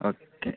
okay